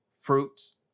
fruits